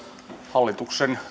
hallituksen